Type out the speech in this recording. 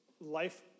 life